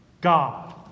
God